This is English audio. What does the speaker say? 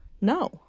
No